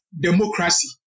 democracy